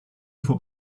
faut